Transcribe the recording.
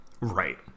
Right